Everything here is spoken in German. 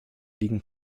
liegen